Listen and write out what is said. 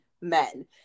men